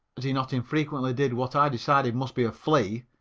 as he not infrequently did, what i decided must be a flea,